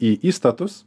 į įstatus